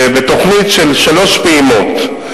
ובתוכנית של שלוש פעימות,